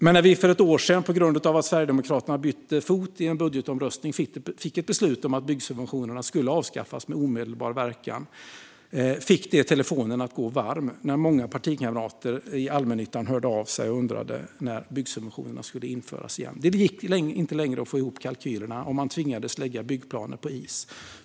Men när vi för ett år sedan på grund av att Sverigedemokraterna bytte fot i en budgetomröstning fick ett beslut om att byggsubventionerna skulle avskaffas med omedelbar verkan fick det telefonen att gå varm när många partikamrater i allmännyttan hörde av sig och undrade när byggsubventionerna skulle införas igen. Det gick inte längre att få ihop kalkylerna, och man tvingades att lägga byggplaner på is.